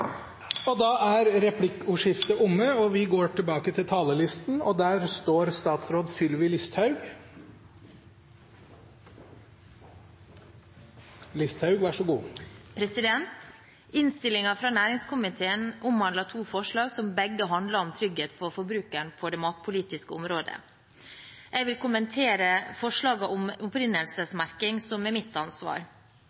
er da forbrukeren vil få høyere priser, og det vil veie motsatt av det å få informasjon om pris. Replikkordskiftet er omme. Innstillingen fra næringskomiteen omhandler to forslag, som begge handler om trygghet for forbrukeren på det matpolitiske området. Jeg vil kommentere forslaget om opprinnelsesmerking, som er mitt ansvar.